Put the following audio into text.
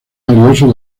valioso